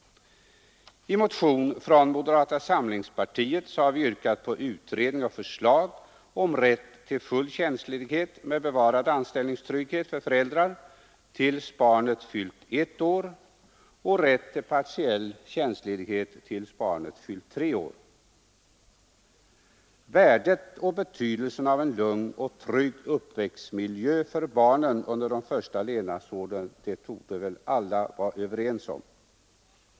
I motion från moderata samlingspartiet har vi yrkat på utredning och förslag om rätt till full tjänstledighet med bevarad anställningstrygghet för föräldrar tills barnet fyllt ett år och rätt till partiell tjänstledighet tills barnet fyllt tre år. Värdet och betydelsen av en lugn och trygg uppväxtmiljö för barnen under de första leynadsåren torde väl alla kunna vara överens om.